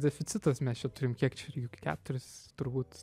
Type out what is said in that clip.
deficitas mes čia turim kiek čia jur keturis turbūt